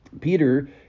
Peter